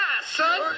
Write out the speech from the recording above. son